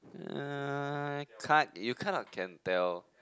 uh kind you kinda can tell